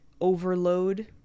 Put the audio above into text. overload